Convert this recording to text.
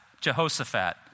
Jehoshaphat